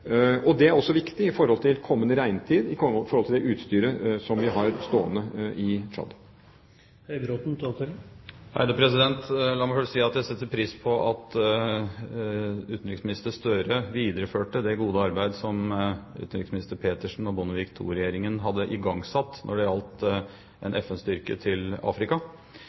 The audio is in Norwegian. Det er også viktig med tanke på kommende regntid, og med tanke på det utstyret som vi har stående i Tsjad. La meg først si at jeg setter pris på at utenriksminister Gahr Støre videreførte det gode arbeidet som utenriksminister Petersen og Bondevik II-regjeringen hadde igangsatt når det gjaldt en FN-styrke til Afrika.